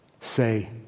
say